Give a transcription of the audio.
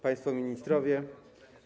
Państwo Ministrowie!